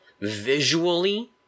visually